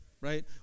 right